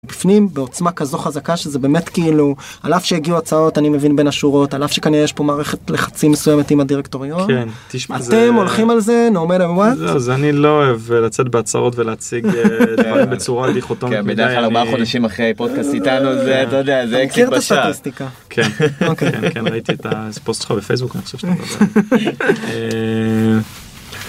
בפנים בעוצמה כזו חזקה שזה באמת כאילו על אף שהגיעו הצעות אני מבין בין השורות על אף שכנראה יש פה מערכת לחצים מסוימת עם הדירקטוריון אתם הולכים על זה no matter what? אז אני לא אוהב לצאת בהצהרות ולהציג בצורה דיכוטומית מדי. בטח 4 חודשים אחרי פודקאסט איתנו זה את יודע, זה אקזיט בצד